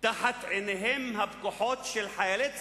תחת עיניהם הפקוחות של חיילי צה"ל.